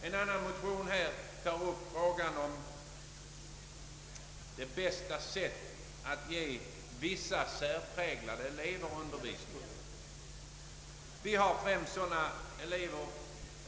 En annan motion tar upp frågan om det bästa sättet att ge vissa särpräglade elever undervisning.